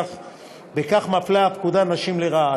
בכך מפלה הפקודה נשים לרעה.